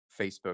Facebook